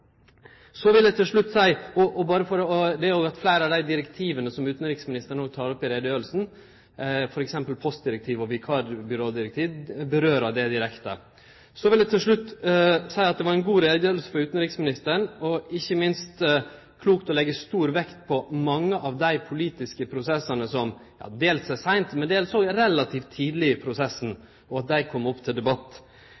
Fleire av dei direktiva som utanriksministeren no tek opp i utgreiinga, f.eks. postdirektivet og vikarbyrådirektivet, kjem inn på det direkte. Så vil eg til slutt seie at det var ei god utgreiing frå utanriksministeren. Ikkje minst var det klokt å leggje stor vekt på mange av dei politiske prosessane tildels seint, men tildels òg relativt tidleg i prosessen,